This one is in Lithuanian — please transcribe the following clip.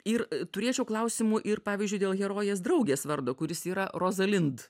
ir turėčiau klausimų ir pavyzdžiui dėl herojės draugės vardo kuris yra rozalind